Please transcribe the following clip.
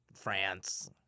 France